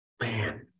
man